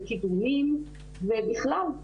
בתגמולים ובכלל.